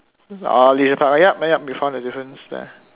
orh leisure park ah yup yup we found a difference there